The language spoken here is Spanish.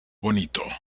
bonito